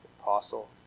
apostle